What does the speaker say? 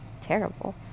Terrible